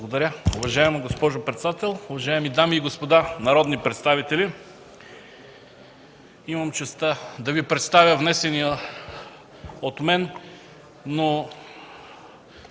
Благодаря. Уважаема госпожо председател, уважаеми дами и господа народни представители! Имам честта да Ви представя внесения от мен, но